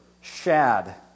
shad